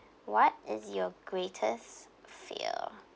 what is your greatest fear